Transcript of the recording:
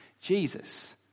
Jesus